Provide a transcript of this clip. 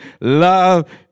love